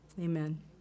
amen